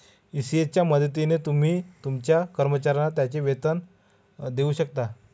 ECS च्या मदतीने तुम्ही तुमच्या कर्मचाऱ्यांना त्यांचे वेतन देऊ शकता